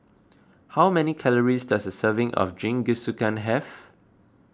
how many calories does a serving of Jingisukan have